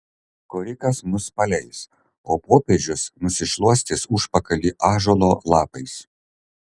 korikas mus paleis o popiežius nusišluostys užpakalį ąžuolo lapais